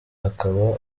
akaba